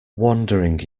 wandering